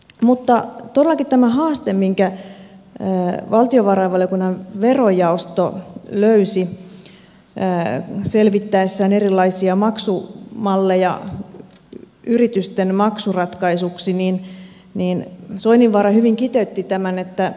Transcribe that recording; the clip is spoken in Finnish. mutta todellakin tämän haasteen minkä valtiovarainvaliokunnan verojaosto löysi selvittäessään erilaisia maksumalleja yritysten maksuratkaisuksi soininvaara kiteytti hyvin